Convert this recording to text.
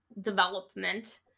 development